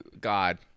God